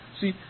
See